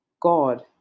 god